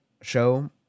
show